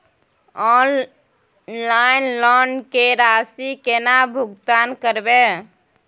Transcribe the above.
Online loan के राशि केना भुगतान करबे?